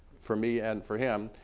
for me and for him,